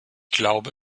glaube